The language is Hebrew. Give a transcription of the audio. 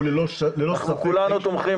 הוא ללא ספק -- אנחנו כולנו תומכים